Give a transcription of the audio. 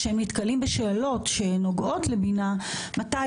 כשהן נתקלות בשאלות שנוגעות לבינה מתי